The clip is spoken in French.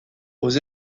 aux